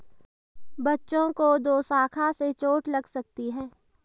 बच्चों को दोशाखा से चोट लग सकती है